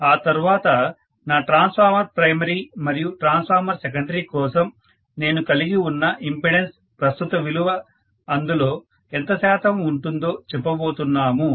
ఆ తర్వాత నా ట్రాన్స్ఫార్మర్ ప్రైమరీ మరియు ట్రాన్స్ఫార్మర్ సెకండరీ కోసం నేను కలిగి ఉన్న ఇంపెడెన్స్ ప్రస్తుత విలువ అందులో ఎంత శాతం ఉంటుందో చెప్పబోతున్నాము